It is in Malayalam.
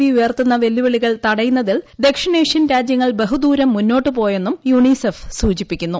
വി ഉയർത്തുന്ന വെല്ലുവിളികൾ തടയുന്നതിൽ ദക്ഷിണേഷ്യൻ രാജ്യങ്ങൾ ബഹുദൂരം മുന്നോട്ടുപോയെന്നും യൂണിസെഫ് സൂചിപ്പിക്കുന്നു